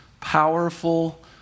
powerful